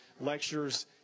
lectures